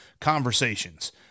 conversations